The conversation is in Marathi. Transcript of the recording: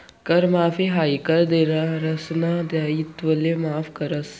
कर माफी हायी कर देनारासना दायित्वले माफ करस